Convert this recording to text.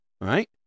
right